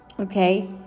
Okay